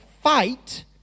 fight